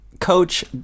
Coach